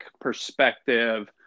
perspective